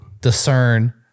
discern